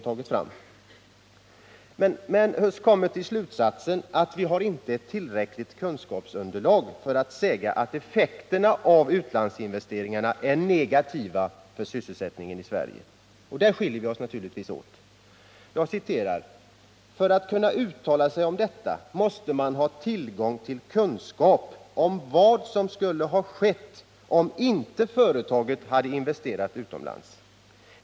Industriminister Huss kommer till slutsatsen att vi inte har tillräckligt kunskapsunderlag för att säga att effekterna av utlandsinvesteringarna är negativa för sysselsättningen i Sverige — där skiljer sig naturligtvis våra åsikter åt. Jag citerar: ”För att kunna uttala sig om detta måste man ju veta vad som skulle ha skett om företaget inte hade investerat utomlands.